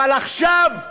עכשיו,